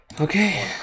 Okay